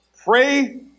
pray